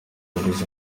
yabuze